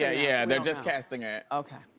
yeah yeah, they're just casting it. okay,